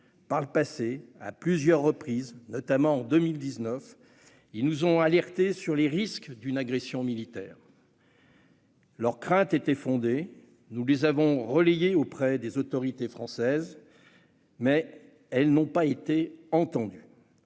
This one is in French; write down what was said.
par le passé- et notamment en 2019 -, ils nous ont alertés sur les risques d'une agression militaire. Leurs craintes étaient fondées, nous les avons relayées auprès des autorités françaises, mais elles n'ont pas été entendues.